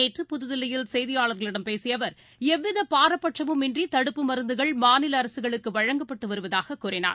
நேற்று புதுதில்லியில் செய்தியாளர்களிடம் பேசியஅவர் எவ்விதபாரபட்சமுமின்றிதடுப்பு மருந்துகள் மாநிலஅரசுகளுக்குவழங்கப்பட்டுவருவதாககூறினார்